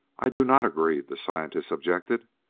i do not agree, the scientist objected.